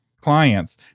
clients